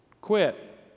quit